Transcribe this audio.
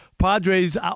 Padres